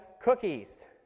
cookies